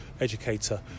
educator